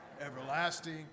everlasting